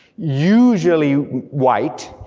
usually white,